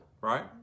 right